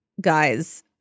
guys